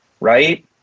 Right